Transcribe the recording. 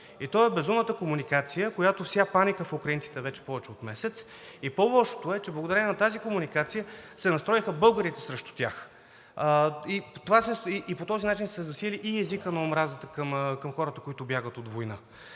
и то е безумната комуникация, която вся паника в украинците вече повече от месец, и по-лошото е, че благодарение на тази комуникация се настроиха българите срещу тях и по този начин се засили и езикът на омразата към хората, които бягат от война.